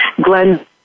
Glenn